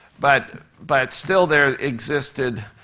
but but still, there existed,